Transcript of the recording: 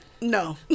no